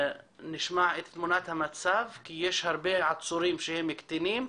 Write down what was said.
נשמע את תמונת המצב כי יש הרבה עצורים שהם קטינים.